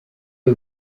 iyo